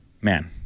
Man